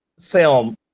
film